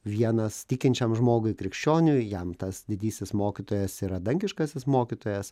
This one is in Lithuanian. vienas tikinčiam žmogui krikščioniui jam tas didysis mokytojas yra dangiškasis mokytojas